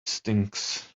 stinks